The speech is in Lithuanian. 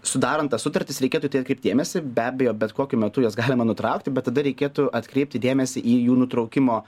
sudarant tas sutartis reikėtų į tai atkreipt dėmesį be abejo bet kokiu metu galima nutraukti bet tada reikėtų atkreipti dėmesį į jų nutraukimo